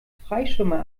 freischwimmer